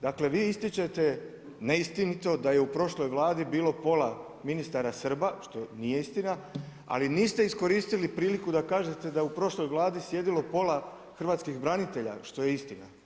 Dakle, vi ističete neistinito da je u prošloj Vladi bilo pola ministara Srba što nije istina ali niste iskoristili priliku da kažete da je u prošloj Vladi sjedilo pola hrvatskih branitelja, što je istina.